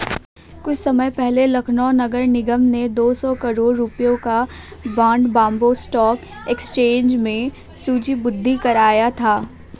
कुछ समय पहले लखनऊ नगर निगम ने दो सौ करोड़ रुपयों का बॉन्ड बॉम्बे स्टॉक एक्सचेंज में सूचीबद्ध कराया था